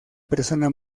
persona